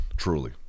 Truly